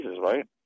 right